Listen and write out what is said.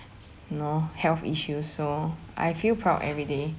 no health issues so I feel proud every day